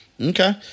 Okay